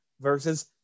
versus